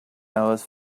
hours